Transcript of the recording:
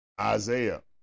Isaiah